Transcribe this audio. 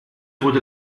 wurde